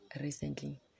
recently